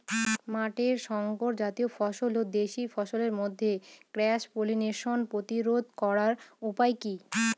মাঠের শংকর জাতীয় ফসল ও দেশি ফসলের মধ্যে ক্রস পলিনেশন প্রতিরোধ করার উপায় কি?